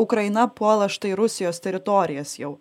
ukraina puola štai rusijos teritorijas jau